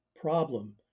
problem